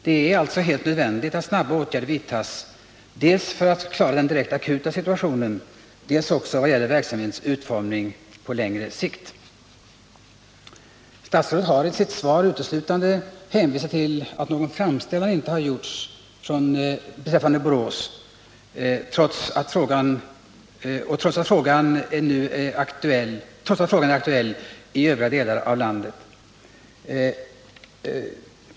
Det är alltså helt nödvändigt att snara åtgärder vidtas dels för att klara direkt akuta situationer, dels också för att ordna verksamhetens utformning på längre sikt. Statsrådet har i sitt svar uteslutande hänvisat till att någon framställan inte har gjorts beträffande Borås, trots att frågan också är aktuell i övriga delar av landet.